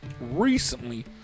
recently